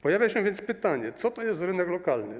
Pojawia się więc pytanie, co to jest rynek lokalny.